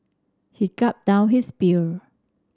he gulped down his beer